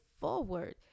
forward